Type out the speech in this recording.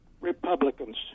Republicans